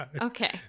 Okay